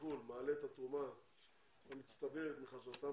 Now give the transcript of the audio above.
בחו"ל מעלה את התרומה המצטברת מחזרתם